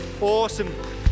Awesome